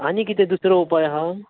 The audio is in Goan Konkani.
आनी कितें दुसरो उपाय आसा